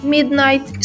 Midnight